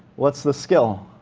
what's the skill?